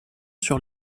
sur